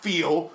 Feel